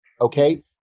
okay